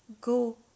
Go